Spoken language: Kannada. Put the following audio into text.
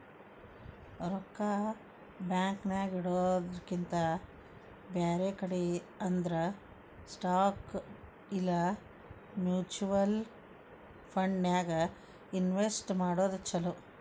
ರೊಕ್ಕಾ ಬ್ಯಾಂಕ್ ನ್ಯಾಗಿಡೊದ್ರಕಿಂತಾ ಬ್ಯಾರೆ ಕಡೆ ಅಂದ್ರ ಸ್ಟಾಕ್ ಇಲಾ ಮ್ಯುಚುವಲ್ ಫಂಡನ್ಯಾಗ್ ಇನ್ವೆಸ್ಟ್ ಮಾಡೊದ್ ಛಲೊ